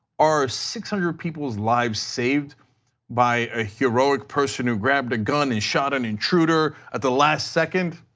are six hundred people's lives saved by ah heroic person who grabbed a gun and shot an intruder at the last second?